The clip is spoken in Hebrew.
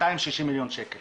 260,000,000 שקל